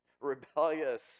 rebellious